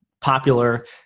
popular